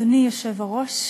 אדוני היושב-ראש,